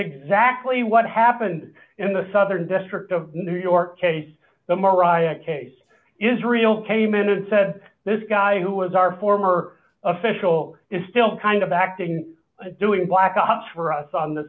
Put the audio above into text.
exactly what happened in the southern district of new york case the mariah case israel came in and said this guy who is our former official is still kind of active in doing black ops for us on the